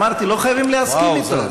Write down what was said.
אמרתי, לא חייבים להסכים אתו.